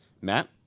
Matt